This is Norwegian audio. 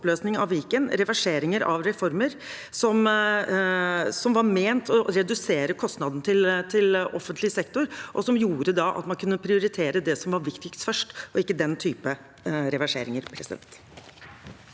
oppløsning av Viken og reverseringer av reformer som var ment å redusere kostnadene til offentlig sektor, og som gjorde at man kunne prioritere det som var viktigst, først, istedenfor den type reverseringer.